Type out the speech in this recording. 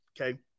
Okay